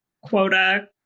Quota